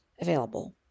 available